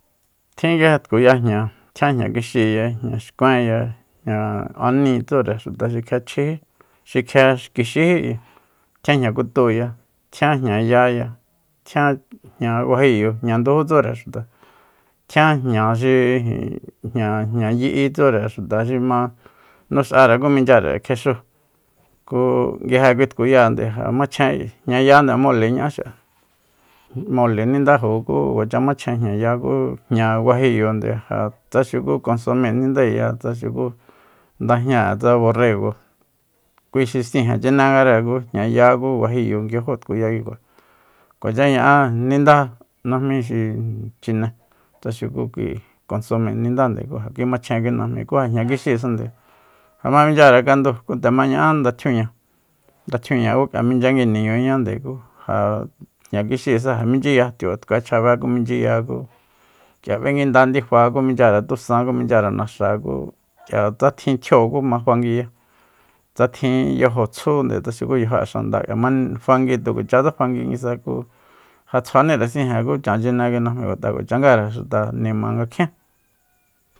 Tjin nguije tkuya jña tjian jña kixiya jña xkuenya jña aníi tsure xuta xi kjia chjijí xi kjia kixíji tjian jña kutúuya tjian jñayáya tjian jña guajiyo jña ndujú tsure xuta tjian jña xi ijin jña- jña yi'i xi tsure xuta xi ma nux'are ku minchyare kjexúu ku nguije kui tkuyáande ja machjen jñayande mole ña'a xi'a mole nindajo ku kuacha machjen jñaya ku jña guajiyo nde ja sta xuku konsome nindaeya tsa xuku ndajñáa tsa borrego kui xi sijen chinengare kui jñaya ku guajiyo nguiajo tkuya kikua kuacha ña'á ninda najmi xi chine tsa xuku kui konsome nindande ku ja kui machjen kui najmi ku ja jña kixíisande ja ma minchyare kandúu ku nde ma ña'á nda tjiuña ndatjiuña ku k'ia minchyangui niñuñánde ku ja jña kixíisa minchyiya tibatkue chjabe ku minchyiya ku k'ia b'enguinda ndifa ku minchyare tusan ku minchyare naxa ku k'ia tsa tjin tjio ku ma fanguiya tsa tjin yajo tsjunde tsa xuku yajo'e xanda k'ia ma- ma fangui tukuachatse fangui nguisa kuja tsjuanire sijen ku chan chine kui najmi ngat'a kuacha ngare xuta nima nga kjién